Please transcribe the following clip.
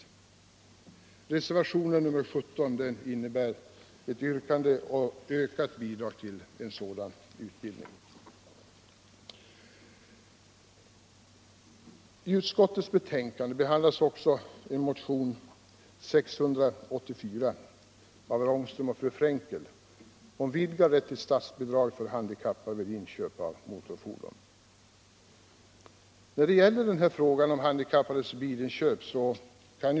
I reservation 17 har vi yrkat på ett ökat bidrag till sådan utbildning.